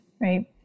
right